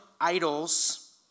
idols